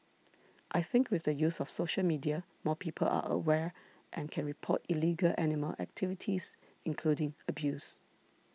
I think with the use of social media more people are aware and can report illegal animal activities including abuse